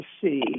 see